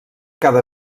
cada